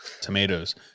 tomatoes